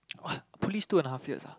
what police two and a half years ah